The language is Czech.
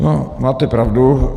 No máte pravdu.